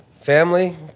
family